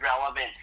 relevant